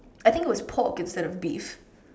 I think it was pork instead of beef